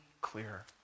clearer